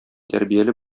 тәрбияле